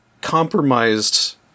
compromised